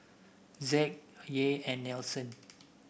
Zack Yair and Nelson